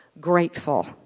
grateful